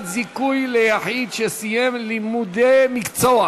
זיכוי ליחיד שסיים לימודי מקצוע),